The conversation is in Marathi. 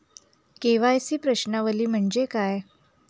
के.वाय.सी प्रश्नावली म्हणजे काय?